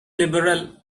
liberal